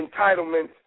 entitlements